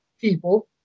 people